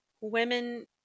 women